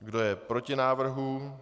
Kdo je proti návrhu?